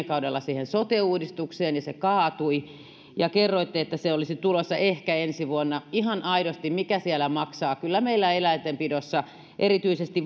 kaudella siihen sote uudistukseen ja se kaatui kerroitte että se olisi tulossa ehkä ensi vuonna ihan aidosti mikä siellä maksaa kyllä meillä eläintenpidossa erityisesti